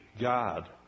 God